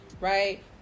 right